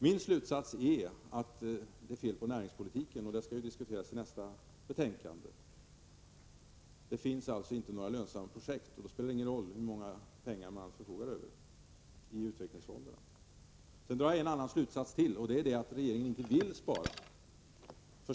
Min slutsats är att det är fel på näringspolitiken. Detta skall vi diskutera i samband med behandlingen av betänkande 23. Det finns alltså inte några lönsamma projekt. Då spelar det ju ingen roll hur mycket pengar utvecklingsfonderna förfogar över. Jag drar en annan slutsats också, och den är att regeringen inte vill spara.